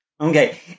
Okay